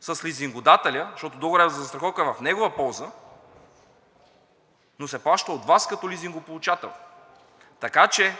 с лизингодателя, защото договорът е за застраховка в негова полза, но се плаща от Вас като лизингополучател. Така че